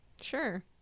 sure